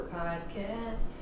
podcast